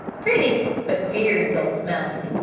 pretty, but very dull-smelling.